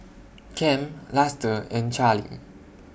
Kem Luster and Charly